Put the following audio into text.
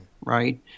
Right